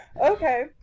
Okay